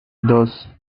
dos